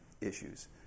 issues